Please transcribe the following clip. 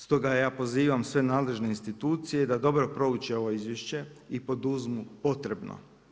Stoga ja pozivam sve nadležne institucije da dobro prouče ovo izvješće i poduzmu potrebno.